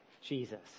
Jesus